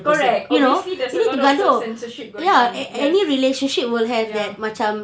correct obviously there's a lot of censorship going on yes ya